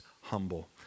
humble